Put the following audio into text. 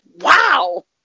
wow